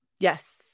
Yes